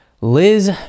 Liz